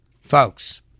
Folks